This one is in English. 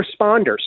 responders